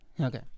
Okay